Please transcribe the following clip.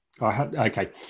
okay